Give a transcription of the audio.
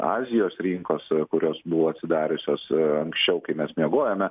azijos rinkos kurios buvo atsidariusios anksčiau kai mes miegojome